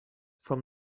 from